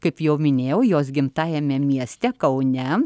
kaip jau minėjau jos gimtajame mieste kaune